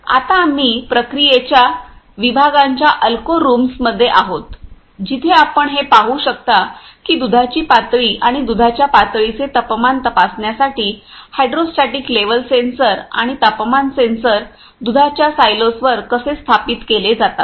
आता आम्ही प्रक्रियेच्या विभागांच्या अलको रूम्समध्ये आहोत जिथे आपण हे पाहू शकता की दुधाची पातळी आणि दुधाच्या पातळीचे तापमान तपासण्यासाठी हायड्रोस्टॅटिक लेव्हल सेन्सर आणि तापमान सेन्सर दुधाच्या सायलोसवर कसे स्थापित केले जातात